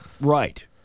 Right